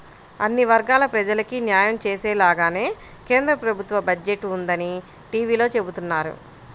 అన్ని వర్గాల ప్రజలకీ న్యాయం చేసేలాగానే కేంద్ర ప్రభుత్వ బడ్జెట్ ఉందని టీవీలో చెబుతున్నారు